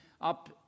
up